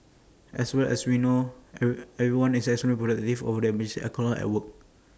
and as we all know everyone is extremely protective of their emergency alcohol at work